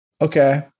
Okay